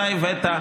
אתה הבאת,